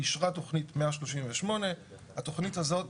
אישרה תכנית 138, התכנית הזאת